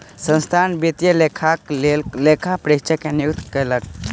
संस्थान वित्तीय लेखाक लेल लेखा परीक्षक के नियुक्ति कयलक